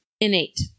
innate